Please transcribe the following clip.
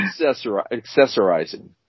accessorizing